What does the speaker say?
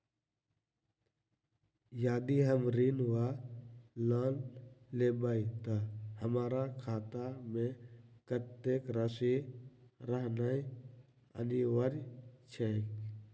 यदि हम ऋण वा लोन लेबै तऽ हमरा खाता मे कत्तेक राशि रहनैय अनिवार्य छैक?